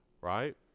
right